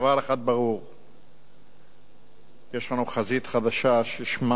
דבר אחד ברור, יש לנו חזית חדשה ששמה